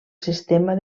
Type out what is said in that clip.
sistema